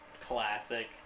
classic